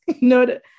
No